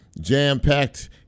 jam-packed